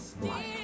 life